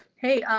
hey, um